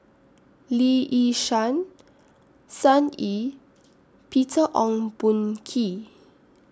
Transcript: Lee Yi Shyan Sun Yee Peter Ong Boon Kwee